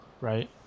right